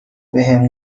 بهم